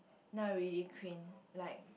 no really Queen like